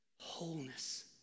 Wholeness